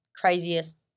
craziest